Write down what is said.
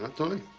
ah tony?